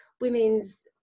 women's